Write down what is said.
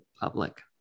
Public